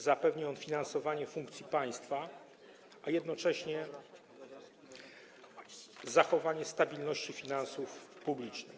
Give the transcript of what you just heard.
Zapewni on finansowanie funkcji państwa, a jednocześnie zachowanie stabilności finansów publicznych.